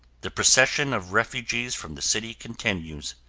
the procession of refugees from the city continues.